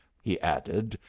he added,